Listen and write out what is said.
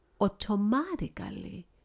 automatically